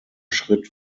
schritt